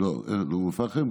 אום אל-פחם?